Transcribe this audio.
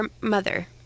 mother